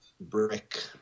brick